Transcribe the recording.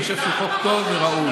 אני חושב שהוא חוק טוב וראוי.